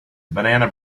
banana